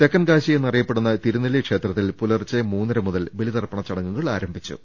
തെക്കൻ കാശി എന്നറിയപ്പെടുന്ന തിരുനെല്ലി ക്ഷേത്രത്തിൽ പുലർച്ചെ മൂന്നര മുതൽ ബലിതർപ്പണ ചടങ്ങുകൾ ആരംഭിച്ചു